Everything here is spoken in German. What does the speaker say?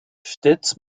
stets